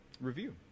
review